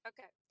Okay